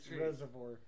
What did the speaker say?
reservoir